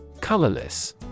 Colorless